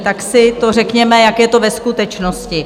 Tak si řekněme, jak je to ve skutečnosti.